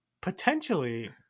potentially